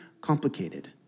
complicated